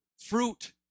fruit